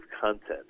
content